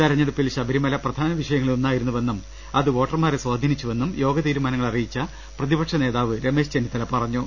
തെരഞ്ഞെടുപ്പിൽ ശബരിമല പ്രധാന വിഷ യങ്ങളിൽ ഒന്നായിരുന്നുവെന്നും അത് വോട്ടർമാരെ സ്വാധീനിച്ചു വെന്നും യോഗ തീരുമാനങ്ങൾ അറിയിച്ച പ്രതിപക്ഷ നേതാവ് രമേശ് ചെന്നിത്തല പറഞ്ഞു